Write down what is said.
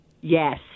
Yes